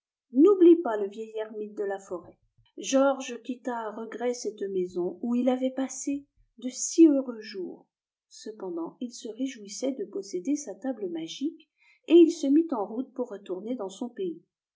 n'oublie pas le vieil ermite de la forêt georges quitta à regret cette maison où il avait passé de si heureux jours cependant il se réjouissait de posséder sa table magique et il se mit en route pour retourner dans son pays